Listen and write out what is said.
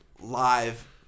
live